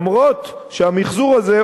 למרות שהמיחזור הזה,